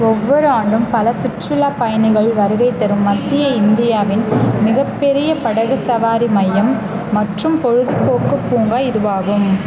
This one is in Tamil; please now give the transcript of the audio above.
ஒவ்வொரு ஆண்டும் பல சுற்றுலாப் பயணிகள் வருகை தரும் மத்திய இந்தியாவின் மிகப்பெரிய படகுச் சவாரி மையம் மற்றும் பொழுதுபோக்குப் பூங்கா இதுவாகும்